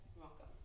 Welcome